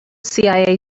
cia